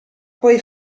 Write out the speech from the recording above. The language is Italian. poi